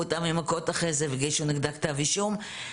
אותה במכות אחרי זה והגישו נגדה כתב אישום.